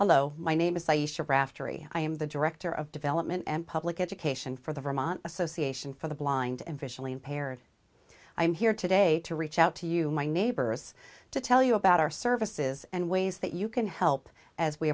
hello my name is lisa raftery i am the director of development and public education for the vermont association for the blind and visually impaired i'm here today to reach out to you my neighbors to tell you about our services and ways that you can help as we